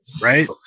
Right